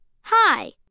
Hi